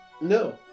No